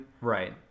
right